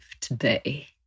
today